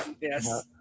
yes